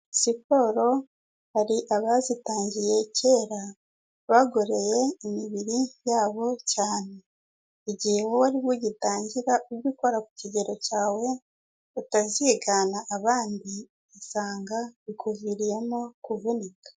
Hiporo hari abazitangiye kera, bagoroye imibiri yabo cyane. Igihe wowe ari bwo ugitangira, ujye ukora ku kigero cyawe, utazigana abandi, ugasanga bikuviriyemo kuvunika.